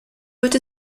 wird